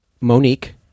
Monique